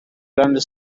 runs